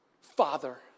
father